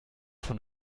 von